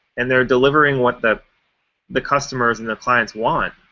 and they're delivering what the the customers and the clients want.